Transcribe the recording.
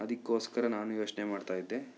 ಅದಕ್ಕೋಸ್ಕರ ನಾನು ಯೋಚನೆ ಮಾಡ್ತಾ ಇದ್ದೆ